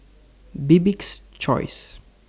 Bibik's Choice